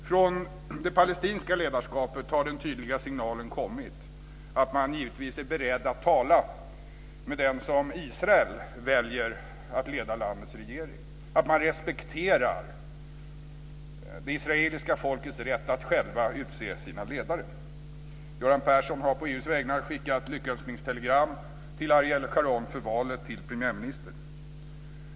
Från det palestinska ledarskapet har den tydliga signalen kommit att man givetvis är beredd att tala med den som Israel väljer att leda landets regering, att man respekterar det israeliska folkets rätt att själv utse sina ledare. Göran Persson har på EU:s vägnar skickat lyckönskningstelegram till Ariel Sharon för valet till premiärminister.